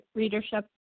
readership